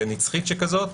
נצחית שכזאת.